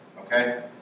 Okay